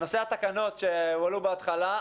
לגבי נושא התקנות שהועלה בתחילת הדיון.